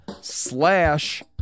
slash